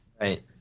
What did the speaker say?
Right